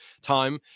time